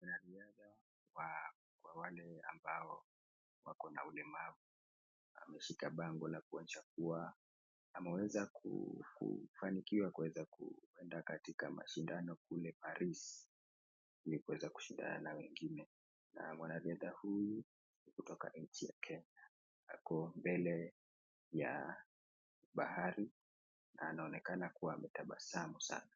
Mwanariadha kwa wale ambao wako na ulemavu, ameshika bango la kuonyesha kua, ameweza kufanikiwa kuweza kuenda katika mashindano kule Paris, ili kueza kushindana na wengine. Na mwanariadha huyu kutoka nchi ya Kenya ako mbele ya bahari na anaonekana kua ametabasamu sana.